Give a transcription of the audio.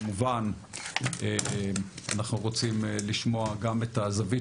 כמובן אנחנו רוצים לשמוע גם את הזווית